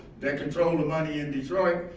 that control the money in detroit,